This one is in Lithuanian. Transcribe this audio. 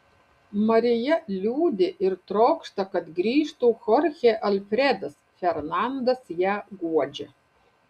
marija liūdi ir trokšta kad grįžtų chorchė alfredas fernandas ją guodžia